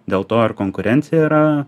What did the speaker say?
dėl to ir konkurencija yra